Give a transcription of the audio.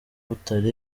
butare